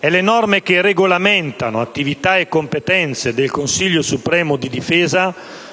e le norme che regolamentano attività e competenze del Consiglio supremo di difesa